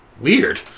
Weird